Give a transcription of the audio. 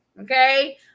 Okay